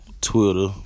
Twitter